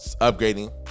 upgrading